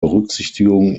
berücksichtigung